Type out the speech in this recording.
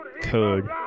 code